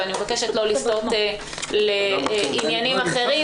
ואני מבקשת לא לפנות לעניינים אחרים.